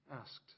Asked